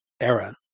era